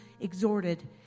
exhorted